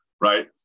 right